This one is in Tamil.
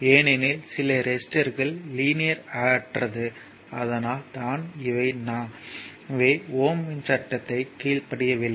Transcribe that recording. ஏனெனில் சில ரெசிஸ்டர்கள் லீனியர் அற்றது அதனால் தான் இவை ஓம் இன் சட்டத்தை கீழ்ப்படியவில்லை